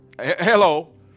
Hello